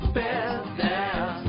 business